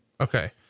Okay